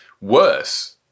worse